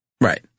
Right